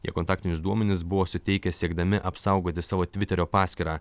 jie kontaktinius duomenis buvo suteikę siekdami apsaugoti savo tviterio paskyrą